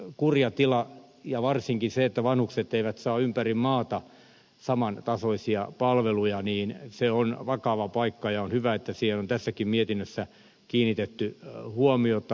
vanhuspalvelujen kurja tila ja varsinkin se että vanhukset eivät saa ympäri maata saman tasoisia palveluja on vakava paikka ja on hyvä että siihen on tässäkin mietinnössä kiinnitetty huomiota